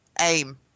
aim